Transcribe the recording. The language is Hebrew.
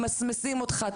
ממסמסים אותך,